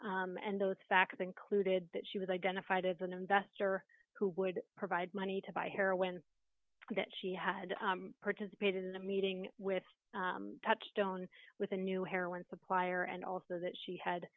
at and those facts included that she was identified as an investor who would provide money to buy her a win that she had participated in the meeting with touchstone with a new heroine supplier and also that she had